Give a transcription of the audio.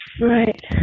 Right